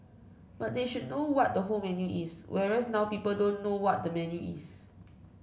but they should know what the whole menu is whereas now people don't know what the menu is